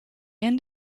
end